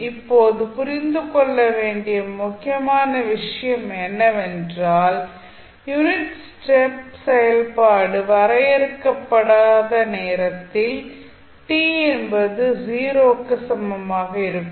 இப்போது புரிந்து கொள்ள வேண்டிய முக்கியமான விஷயம் என்னவென்றால் யூனிட் ஸ்டெப் செயல்பாடு வரையறுக்கப்படாத நேரத்தில் t என்பது 0 க்கு சமமாக இருக்கும்